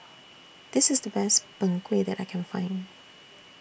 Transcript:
This IS The Best Png Kueh that I Can Find